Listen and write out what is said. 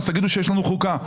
אז תגידו שיש לנו חוקה.